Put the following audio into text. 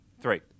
three